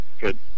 good